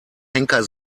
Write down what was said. henker